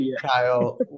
Kyle